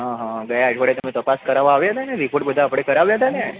ગયા અઠવાડિયે તમે તપાસ કરાવવા આવ્યા હતા ને રિપોર્ટ બધા આપણે કરાવ્યા હતા ને